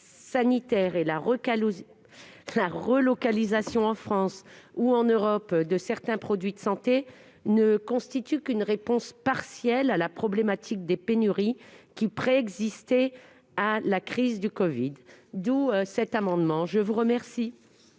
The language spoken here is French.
et la relocalisation en France ou en Europe de la production de certains produits de santé ne constituent qu'une réponse partielle à la problématique des pénuries qui préexistait à la crise du covid-19. L'amendement n° 505 rectifié,